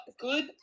good